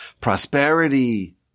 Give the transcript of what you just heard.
prosperity